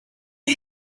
you